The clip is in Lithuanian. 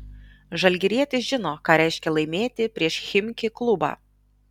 žalgirietis žino ką reiškia laimėti prieš chimki klubą